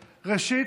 ראשית,